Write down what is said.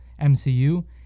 MCU